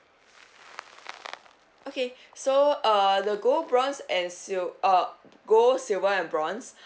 okay so uh the gold bronze and sil~ uh gold silver and bronze